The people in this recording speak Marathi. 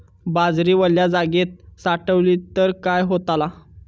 बाजरी वल्या जागेत साठवली तर काय होताला?